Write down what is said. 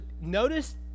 notice